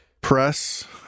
Press